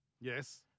Yes